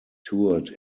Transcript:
toured